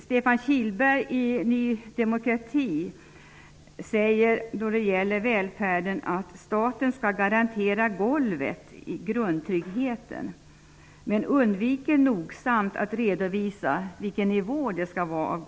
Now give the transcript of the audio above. Stefan Kihlberg i Ny demokrati sade när det gällde välfärden att staten skall garantera ''golvet'', grundtryggheten, men han undvek noggrant att redovisa vilken nivå ''golvet'' skall ligga på.